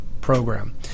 program